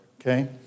Okay